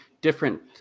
different